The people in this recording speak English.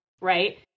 right